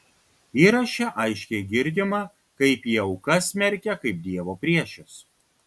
įraše aiškiai girdima kaip jie aukas smerkia kaip dievo priešes